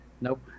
nope